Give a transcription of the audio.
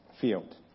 field